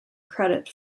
credit